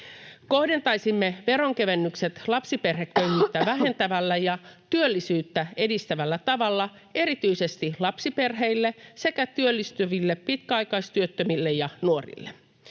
Kohdentaisimme veronkevennykset lapsiperheköyhyyttä vähentävällä ja työllisyyttä edistävällä tavalla erityisesti lapsiperheille sekä työllistyville pitkäaikaistyöttömille ja nuorille.